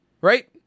right